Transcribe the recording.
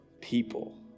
people